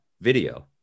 video